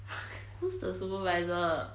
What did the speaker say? who's the supervisor